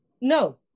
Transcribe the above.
no